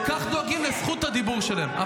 דואגים לזכות הדיבור שלהם.